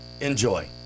enjoy